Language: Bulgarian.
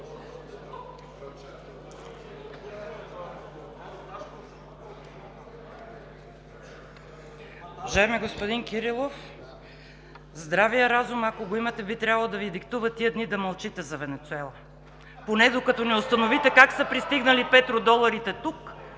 Уважаеми господин Кирилов, здравият разум, ако го имате, би трябвало да Ви диктува тия дни да мълчите за Венецуела, поне докато не установите как са пристигнали петродоларите тук,